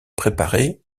préparer